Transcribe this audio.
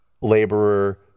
laborer